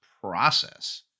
process